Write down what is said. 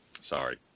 Sorry